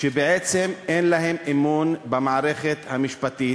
שבעצם אין אמון במערכת המשפטית.